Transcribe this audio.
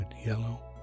Yellow